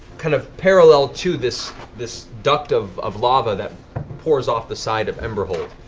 kind of parallel to this this duct of of lava that pours off the side of emberhold,